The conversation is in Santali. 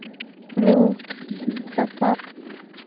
ᱨᱩ ᱥᱟᱯᱟᱯ